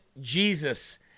Jesus